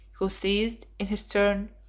who seized, in his turn,